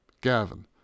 Gavin